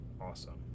awesome